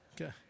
Okay